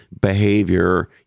behavior